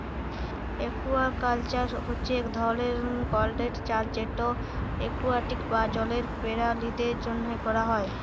aquaculture হছে ইক ধরলের কল্ট্রোল্ড চাষ যেট একুয়াটিক বা জলের পেরালিদের জ্যনহে ক্যরা হ্যয়